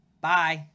Bye